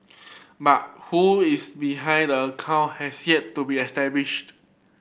but who is behind the account has yet to be established